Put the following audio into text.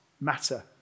matter